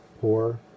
poor